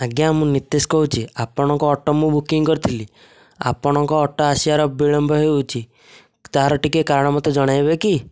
ଆଜ୍ଞା ମୁଁ ନିତିଶ କହୁଛି ଆପଣଙ୍କ ଅଟୋ ମୁଁ ବୁକିଂ କରିଥିଲି ଆପଣଙ୍କ ଅଟୋ ଆସିବାର ବିଳମ୍ବ ହେଉଛି ତା'ର ଟିକିଏ କାରଣ ମୋତେ ଜଣାଇବେ କି